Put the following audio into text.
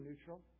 neutral